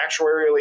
actuarially